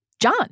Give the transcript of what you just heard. John